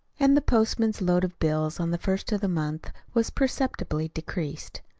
and the postman's load of bills on the first of the month was perceptibly decreased.